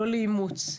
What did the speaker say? לא לאימוץ.